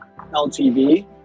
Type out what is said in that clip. LTV